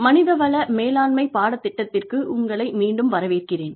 மனித வள மேலாண்மை பாடத்திட்டத்திற்கு உங்களை மீண்டும் வரவேற்கிறேன்